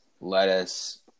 lettuce